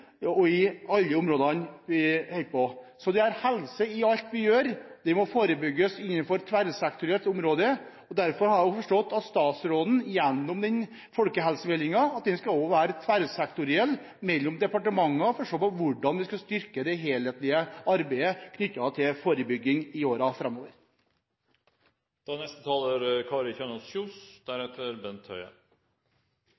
alle områder. Det er helse i alt vi gjør. Det må forebygges innenfor et tverrsektorielt område, og derfor har jeg forstått at folkehelsemeldingen skal være tverrsektoriell mellom departementene for å se på hvordan man skal styrke det helhetlige arbeidet knyttet til forebygging i